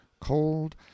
cold